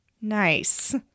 nice